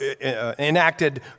enacted